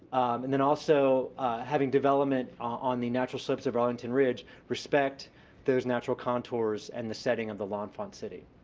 and then also having development on the natural surface of arlington ridge respect those natural contours and the setting of the l'enfant city.